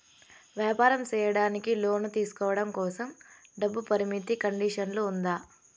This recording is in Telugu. వ్యాపారం సేయడానికి లోను తీసుకోవడం కోసం, డబ్బు పరిమితి కండిషన్లు ఉందా?